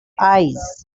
eyes